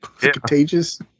contagious